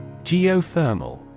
geothermal